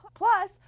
Plus